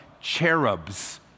Cherubs